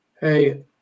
hey